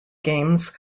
games